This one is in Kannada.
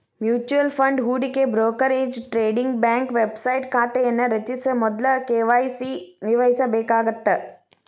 ಮ್ಯೂಚುಯಲ್ ಫಂಡ್ ಹೂಡಿಕೆ ಬ್ರೋಕರೇಜ್ ಟ್ರೇಡಿಂಗ್ ಬ್ಯಾಂಕ್ ವೆಬ್ಸೈಟ್ ಖಾತೆಯನ್ನ ರಚಿಸ ಮೊದ್ಲ ಕೆ.ವಾಯ್.ಸಿ ನಿರ್ವಹಿಸಬೇಕಾಗತ್ತ